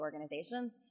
organizations